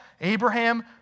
Abraham